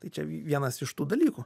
tai čia vienas iš tų dalykų